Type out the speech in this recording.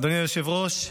אדוני היושב-ראש,